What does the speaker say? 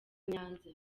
nyanza